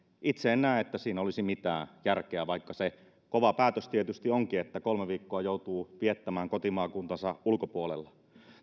itse en näe että siinä olisi mitään järkeä vaikka se kova päätös tietysti onkin että kolme viikkoa joutuu viettämään kotimaakuntansa ulkopuolella